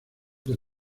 del